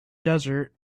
desert